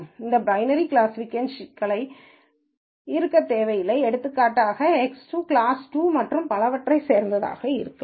இது binary classification சிக்கலாக இருக்க தேவையில்லை எடுத்துக்காட்டாக எக்ஸ்2 கிளாஸ் 2 மற்றும் பலவற்றைச் சேர்ந்ததாக இருக்கலாம்